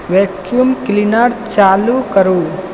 vacuum cleaner चालू करू